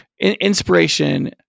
Inspiration